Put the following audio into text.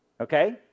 Okay